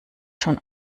schon